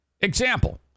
Example